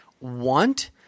want